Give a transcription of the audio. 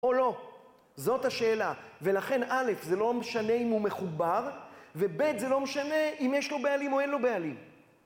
או לא? זאת השאלה. ולכן א', זה לא משנה אם הוא מחובר, וב', זה לא משנה אם יש לו בעלים או אין לו בעלים.